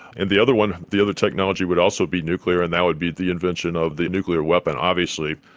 and the other one, the other technology would also be nuclear and that would be the invention of the nuclear weapon obviously,